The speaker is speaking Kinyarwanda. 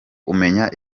umenya